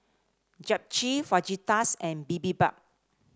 Japchae Fajitas and Bibimbap